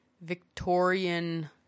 Victorian